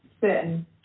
certain